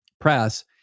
press